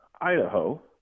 Idaho